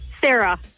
Sarah